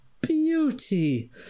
Beauty